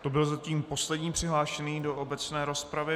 To byl zatím poslední přihlášený do obecné rozpravy.